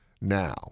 now